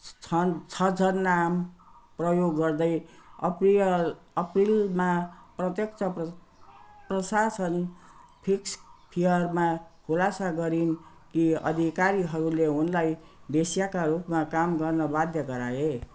छन् छजनाम प्रयोग गर्दै अप्रिय अप्रिलमा प्रत्यक्ष प्र प्रशासन फिक्स फेयरमा खुलासा गरिन् कि अधिकारीहरूले उनलाई वेश्याका रूपमा काम गर्न बाध्य गराए